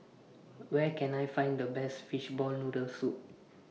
Where Can I Find The Best Fishball Noodle Soup